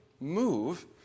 move